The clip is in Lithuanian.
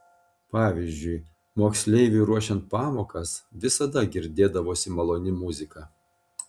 pavyzdžiui moksleiviui ruošiant pamokas visada girdėdavosi maloni muzika